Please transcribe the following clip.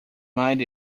mind